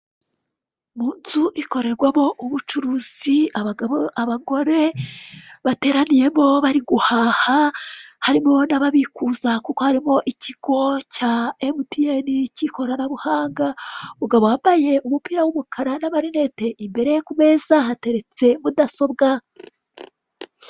Mu nzu ikorerwamo ubucuruzi abagabo, abagore bateraniyemo bari guhaha, harimo n'ababikuza kuko harimo ikigo cya MTN k'ikoranabuhanga. Umugabo wambaye umupira w'umukara n'amarinete imbere ye ku meza hateretse mudasobwa.